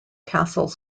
castle